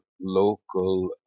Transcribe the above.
local